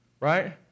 right